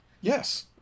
yes